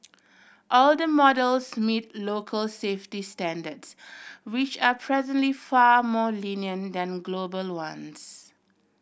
all the models meet local safety standards which are presently far more lenient than global ones